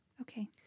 Okay